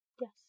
Yes